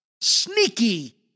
Sneaky